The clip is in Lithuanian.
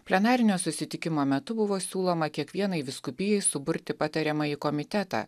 plenarinio susitikimo metu buvo siūloma kiekvienai vyskupijai suburti patariamąjį komitetą